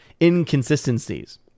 inconsistencies